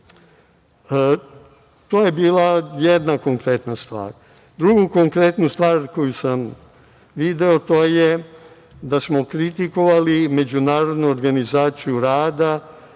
je bila jedna konkretna stvar. Drugu konkretnu stvar koju sam video to je da smo kritikovali Međunarodnu organizaciju rada